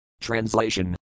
Translation